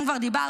אם כבר דיברת,